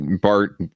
BART